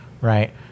right